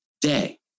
day